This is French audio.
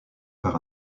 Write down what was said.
par